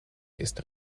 ist